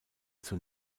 zur